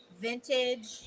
vintage